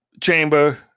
chamber